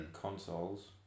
consoles